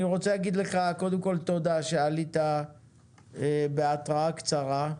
אני רוצה להגיד לך קודם כל תודה שעלית בהתראה קצרה.